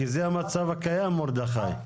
כי זה המצב הקיים מרדכי.